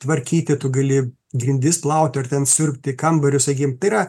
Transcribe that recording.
tvarkyti tu gali grindis plauti ar ten siurbti kambarius sakykim tai yra